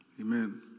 Amen